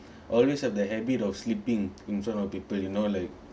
always have the habit of sleeping in front of people you know like